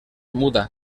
muda